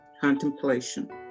contemplation